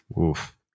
Oof